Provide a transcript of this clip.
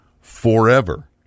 forever